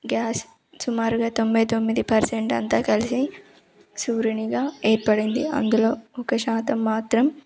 gas సుమారుగా తొంభై తొమ్మిది పర్సెంట్ అంతా కలిసి సూర్యునిగా ఏర్పడింది అందులో ఒక శాతం మాత్రం